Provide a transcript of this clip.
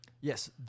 Yes